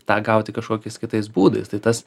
tą gauti kažkokiais kitais būdais tai tas